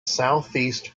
southeast